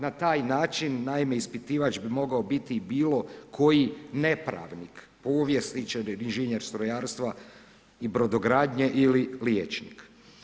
Na taj način naime, ispitivač bi mogao biti bilo koji nepravnik, povjesničar, inženjer strojarstva i brodogradnje ili liječnik.